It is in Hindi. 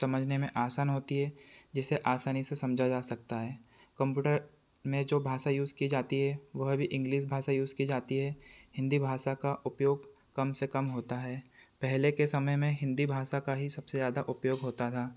समझने में आसान होती है जिसे आसानी से समझा जा सकता है कंपुटर में जो भाषा यूज़ की जाती है वह भी इंग्लिस भाषा यूज़ की जाती है हिंदी भाषा का उपयोग कम से कम होता है पहले के समय में हिंदी भाषा का ही सबसे ज़्यादा उपयोग होता था